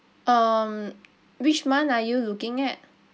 um which month are you looking at